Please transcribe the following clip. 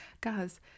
Guys